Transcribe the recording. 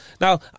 Now